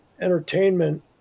entertainment